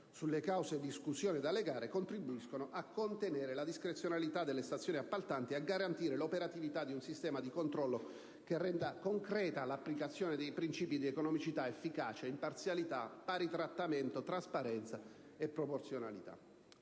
sulle cause di esclusione dalle gare, contribuiscono a contenere la discrezionalità delle stazioni appaltanti e a garantire l'operatività di un sistema di controllo che renda concreta l'applicazione dei princìpi di economicità, efficacia, imparzialità, pari trattamento, trasparenza e proporzionalità.